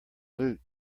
loot